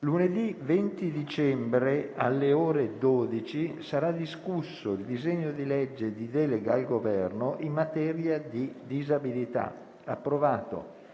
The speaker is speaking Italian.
Lunedì 20 dicembre, alle ore 12, sarà discusso il disegno di legge di delega al Governo in materia di disabilità, approvato